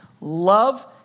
Love